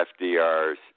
FDR's